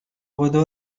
بدو